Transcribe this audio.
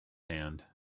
hand